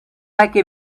like